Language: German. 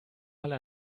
halle